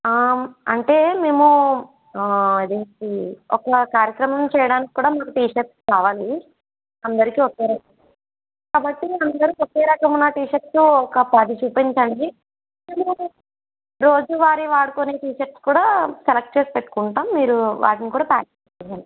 అంటే మేము అది ఒక కార్యక్రమం చెయ్యడానికి కూడా మాకు టీషర్ట్స్ కావాలి అందరికి ఒకే కాబట్టి అందరికి ఒకే రకం ఉన్న టీషర్ట్సు ఒక పది చూపించండి రోజువారి వాడుకునే టీషర్ట్సు కూడా సెలెక్ట్ చేసి పెట్టుకుంటాం మీరు వాటిని కూడ ప్యాక్ చేయండి